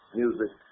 music